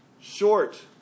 short